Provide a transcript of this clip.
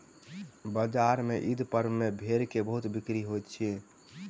बजार में ईद पर्व में भेड़ के बहुत बिक्री होइत अछि